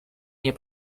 nie